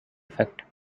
effect